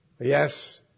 Yes